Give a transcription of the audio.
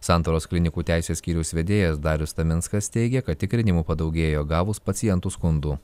santaros klinikų teisės skyriaus vedėjas darius taminskas teigė kad tikrinimų padaugėjo gavus pacientų skundų